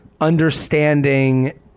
understanding